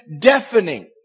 deafening